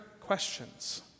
questions